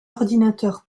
ordinateur